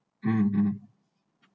mm mm